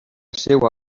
seva